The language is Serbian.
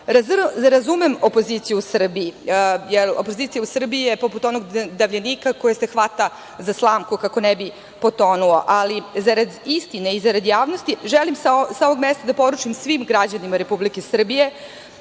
mitova. Razumem opoziciju u Srbiji, jer opozicija u Srbiji je poput onog davljenika koji se hvata za slamku kako ne bi potonula, ali zarad istine i zarad javnosti želim sa ovog mesta da poručim svim građanima Republike Srbije,